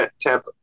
Tampa